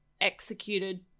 executed